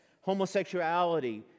homosexuality